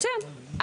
מצוין,